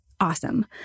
awesome